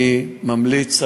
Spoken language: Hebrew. אני ממליץ,